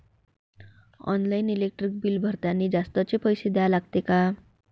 Online electric bill भरतानी जास्तचे पैसे द्या लागते का?